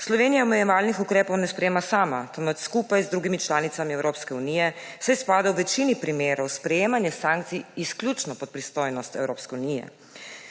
Slovenija omejevalnih ukrepov ne sprejema sama, temveč skupaj z drugimi članicami Evropske unije, saj spada v večini primerov sprejemanje sankcije izključno pod pristojnost Evropske unije.